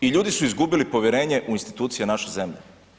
I ljudi su izgubili povjerenje u institucije naše zemlje.